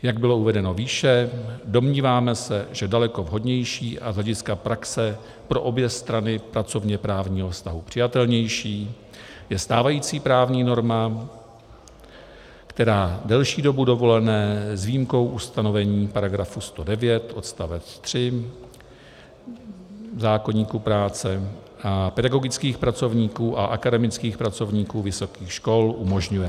Jak bylo uvedeno výše, domníváme se, že daleko vhodnější a z hlediska praxe pro obě strany pracovněprávního vztahu přijatelnější je stávající právní norma, která delší dobu dovolené s výjimkou ustanovení § 109 odst. 3 zákoníku práce a pedagogických pracovníků a akademických pracovníků vysokých škol umožňuje.